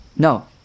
No